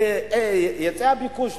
להיצע וביקוש,